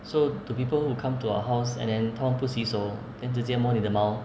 so to people who come to our house and then 他们不洗手 then 直接摸你的猫